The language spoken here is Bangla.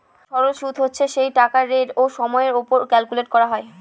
সরল সুদ হচ্ছে সেই টাকার রেট ও সময়ের ওপর ক্যালকুলেট করা হয়